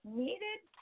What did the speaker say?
needed